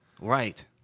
right